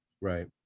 Right